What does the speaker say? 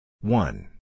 One